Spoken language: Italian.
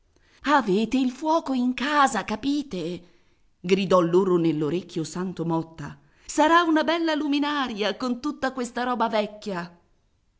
avete il fuoco in casa capite gridò loro nell'orecchio santo motta sarà una bella luminaria con tutta questa roba vecchia